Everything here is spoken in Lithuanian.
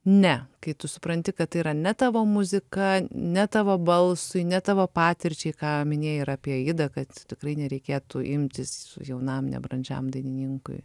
ne kai tu supranti kad tai yra ne tavo muzika ne tavo balsui ne tavo patirčiai ką minėjai ir apie aidą kad tikrai nereikėtų imtis jaunam nebrandžiam dainininkui